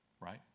Right